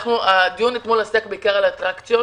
הדיון אתמול עסק בעיקר באטרקציות